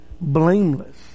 blameless